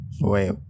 Wait